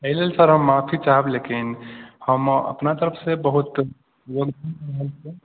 एहि लेल सर हम माफी चाहब लेकिन हम अपना तरफसँ बहुत